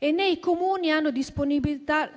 Né i Comuni hanno disponibilità